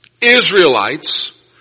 Israelites